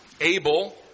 Abel